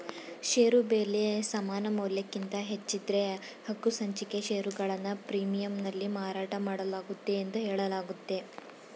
ಷೇರು ಬೆಲೆ ಸಮಾನಮೌಲ್ಯಕ್ಕಿಂತ ಹೆಚ್ಚಿದ್ದ್ರೆ ಹಕ್ಕುಸಂಚಿಕೆ ಷೇರುಗಳನ್ನ ಪ್ರೀಮಿಯಂನಲ್ಲಿ ಮಾರಾಟಮಾಡಲಾಗುತ್ತೆ ಎಂದು ಹೇಳಲಾಗುತ್ತೆ